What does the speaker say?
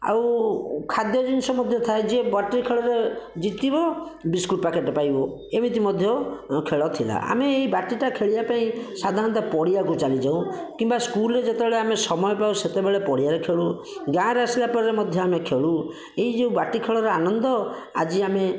ଆଉ ଖାଦ୍ୟ ଜିନିଷ ମଧ୍ୟ ଥାଏ ଯିଏ ବାଟି ଖେଳରେ ଜିତିବ ବିସ୍କୁଟ୍ ପ୍ୟାକେଟ୍ ଟିଏ ପାଇବ ଏମିତି ମଧ୍ୟ ଖେଳ ଥିଲା ଆମେ ଏଇ ବାଟିଟା ଖେଳିବା ପାଇଁ ସାଧାରଣତଃ ପଡ଼ିଆକୁ ଚାଲିଯାଉ କିମ୍ବା ସ୍କୁଲରେ ଯେତେବେଳେ ଆମେ ସମୟ ପାଉ ସେତେବେଳେ ପଡ଼ିଆରେ ଖେଳୁ ଗାଁରେ ଆସିଲା ପରେ ମଧ୍ୟ ଆମେ ଖେଳୁ ଏହି ଯେଉଁ ବାଟି ଖେଳର ଆନନ୍ଦ ଆଜି ଆମେ